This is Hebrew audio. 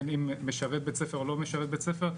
אם משרת בית-ספר או לא משרת בית-ספר,